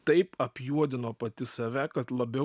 taip apjuodino pati save kad labiau